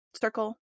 circle